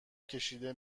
کشیده